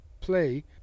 play